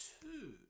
two